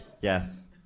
Yes